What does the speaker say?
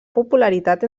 popularitat